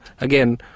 again